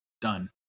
done